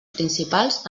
principals